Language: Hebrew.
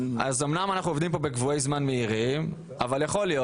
אמנם אנחנו עובדים כאן בקבועי מהירים אבל יכול להיות